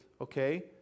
Okay